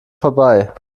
vorbei